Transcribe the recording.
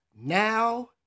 Now